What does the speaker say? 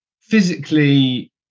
physically